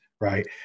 right